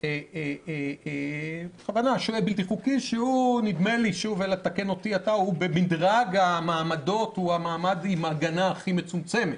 של שוהה בלתי חוקי שבמדרג המעמדות הוא המעמד עם ההגנה הכי מצומצמת,